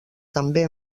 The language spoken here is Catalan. també